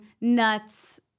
nuts